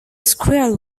squirrel